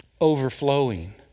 overflowing